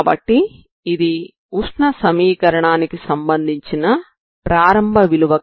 కాబట్టి ఇది ఉష్ణ సమీకరణానికి సంబంధించిన ప్రారంభ విలువ కలిగిన సమస్య అవుతుంది